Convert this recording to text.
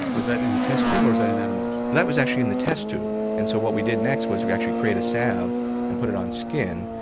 was that in the test tube, or was that in animals? that was actually in the test tube. and so what we did next was we actually created a salve and put it on skin,